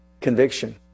Conviction